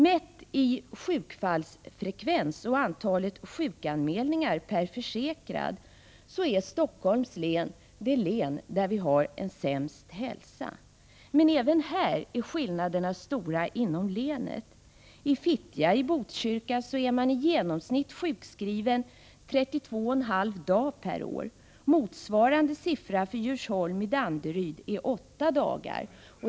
Mätt i sjukfallsfrekvens och antal sjukanmälningar per försäkrad är Stockholms län det län där vi har sämst hälsa. Men även här är skillnaderna stora inom länet. I Fittja i Botkyrka är man i genomsnitt sjukskriven 32,5 dagar per år. Motsvarande siffra för Djursholm i Danderyd är 8 dagar.